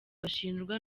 bashinjwa